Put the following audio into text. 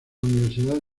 universidad